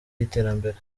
y’iterambere